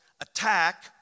attack